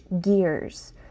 gears